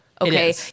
Okay